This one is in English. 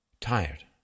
tired